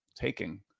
taking